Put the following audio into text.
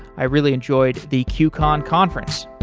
i really enjoyed the qcon conference.